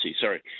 sorry